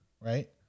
Right